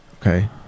okay